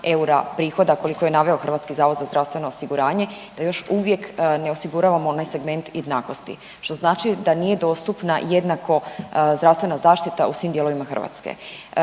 eura prihoda koliko je naveo Hrvatski zavod za zdravstveno osiguranje da još uvijek ne osiguravamo onaj segment jednakosti što znači da nije dostupna jednako zdravstvena zaštita u svim dijelovima Hrvatske.